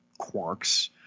quarks